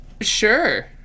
Sure